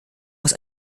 muss